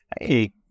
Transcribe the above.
Hey